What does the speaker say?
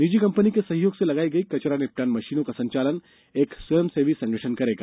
निजी कंपनी के सहयोग से लगाई गई कचरा निपटान मशीनों का संचालन एक स्वयंसेवी संगठन करेगा